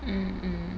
mm mm